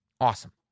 awesome